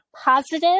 positive